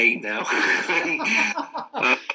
now